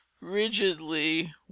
rigidly